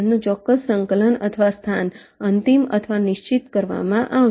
તેમનું ચોક્કસ સંકલન અથવા સ્થાન અંતિમ અથવા નિશ્ચિત કરવામાં આવશે